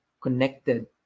connected